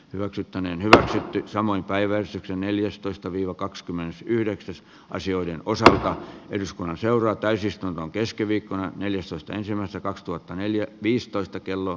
rökittäneen hyväksytty samoin päiväys neljästoista viilo kaks kymmenes yhdeksäs asioiden osalta eduskunnan seuraa täysistunnon keskiviikkona neljästoista ensimmäistä kaksituhatta neljä viisitoista kello